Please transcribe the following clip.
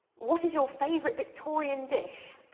what is your favourite victorian dish?